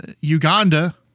Uganda